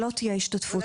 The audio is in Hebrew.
שלא תהיה השתתפות.